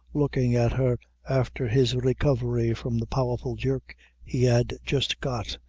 looking at her after his recovery from the powerful jerk he had just got,